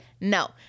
No